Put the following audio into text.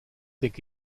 denk